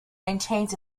maintains